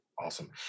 Awesome